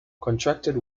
contracted